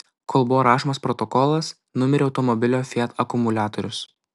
kol buvo rašomas protokolas numirė automobilio fiat akumuliatorius